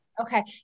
Okay